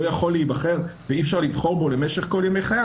לא יכול להיבחר ואי אפשר לבחור בו למשך כל ימי חיי,